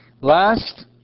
Last